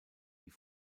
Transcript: die